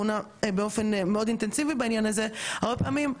הרבה פעמים אנחנו כתבנו פוסטים שהגיעו לתפוצות מטורפות,